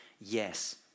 yes